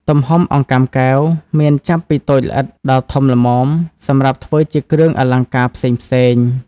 ទំហំអង្កាំកែវមានចាប់ពីតូចល្អិតដល់ធំល្មមសម្រាប់ធ្វើជាគ្រឿងអលង្ការផ្សេងៗ។